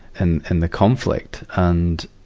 and in the conflict. and,